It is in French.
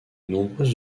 nombreuses